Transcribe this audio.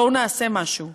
בואו נעשה משהו.